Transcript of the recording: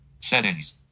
Settings